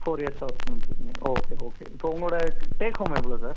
four இயர்ஸாக work பண்ணிட்டுருக்கிங்க okay okay இப்போ உங்களோடய டேக் ஹோம் எவ்வளோ சார்